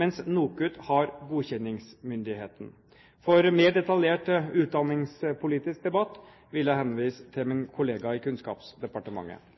mens NOKUT har godkjenningsmyndigheten. For mer detaljert utdanningspolitisk debatt vil jeg henvise til min kollega –